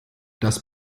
das